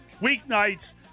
weeknights